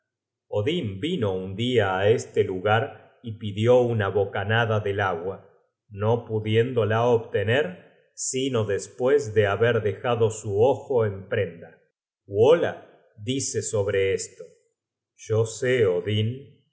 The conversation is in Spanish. odin vino un dia á este lugar y pidió una bocanada del agua no pudiéndola obtener sino despues de haber dejado su ojo en prenda wola dice sobre esto content from